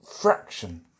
fraction